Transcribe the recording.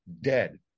dead